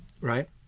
right